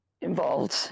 involved